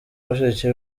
mushiki